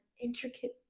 intricate